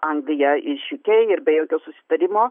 anglija iš uk ir be jokio susitarimo